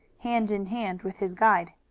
hand in hand with his guide.